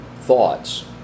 thoughts